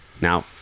Now